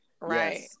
Right